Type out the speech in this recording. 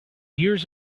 years